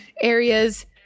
areas